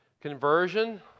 Conversion